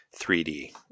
3D